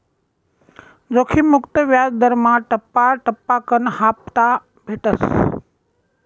जोखिम मुक्त याजदरमा टप्पा टप्पाकन हापता भेटस